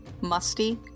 musty